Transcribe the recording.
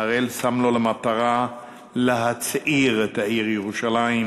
אראל שם לו למטרה להצעיר את העיר ירושלים,